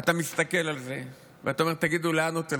אתה מסתכל על זה ואתה אומר: תגידו, לאן עוד תלכו?